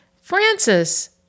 Francis